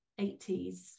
80s